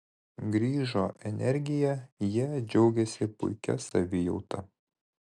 grįžo energija jie džiaugėsi puikia savijauta